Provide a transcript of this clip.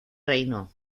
reino